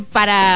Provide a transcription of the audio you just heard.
para